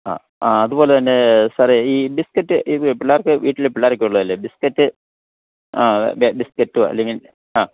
ആ അതുപോലെ തന്നെ സാറെ ഈ ബിസ്ക്കറ്റ് ഇത് പിള്ളേർക്ക് വീട്ടിൽ പിള്ളാരൊക്കെ ഉള്ളതല്ലേ ബിസ്ക്കറ്റ് ആ ബിസ്ക്കറ്റോ അല്ലെങ്കിൽ ആ